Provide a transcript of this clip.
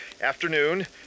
Afternoon